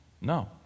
No